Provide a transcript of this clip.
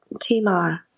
Tamar